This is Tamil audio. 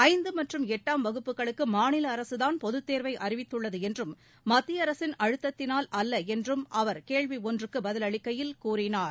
ஐந்து மற்றும் எட்டாம் வகுப்புகளுக்கு மாநில அரசுதான் பொதுத் தேர்வை அறிவித்துள்ளது என்றும் மத்திய அரசின் அழுத்தத்தினால் அல்ல என்றும் அவர் கேள்வி ஒன்றுக்கு பதிலளிக்கையில் கூறினார்